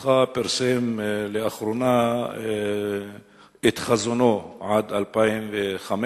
משרדך פרסם לאחרונה את חזונו עד 2015,